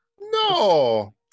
No